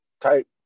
type